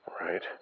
Right